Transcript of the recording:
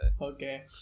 Okay